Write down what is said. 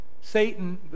Satan